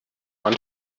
man